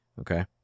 okay